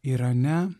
yra ne